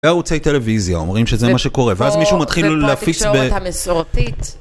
ערוצי טלוויזיה אומרים שזה מה שקורה, ואז מישהו מתחיל להפיץ ב...